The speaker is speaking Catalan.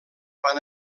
van